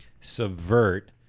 subvert